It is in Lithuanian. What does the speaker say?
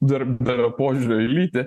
darbdavio požiūriu į lytį